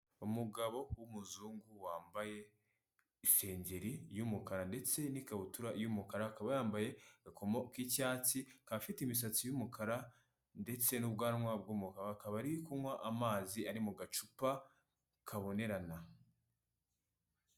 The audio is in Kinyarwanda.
Umugabo w'umuzungu wambaye isengeri y'umukara ndetse n'ikabutura y'umukara, akaba yambaye agakomo k'icyatsi, akaba afite imisatsi y'umukara ndetse n'ubwanwa bw'umukara, akaba ari kunywa amazi ari mu gacupa kabonerana.